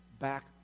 back